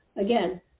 again